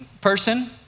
person